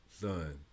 son